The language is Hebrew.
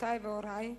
אחיותי והורי,